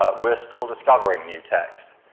ah we're still discovering new text,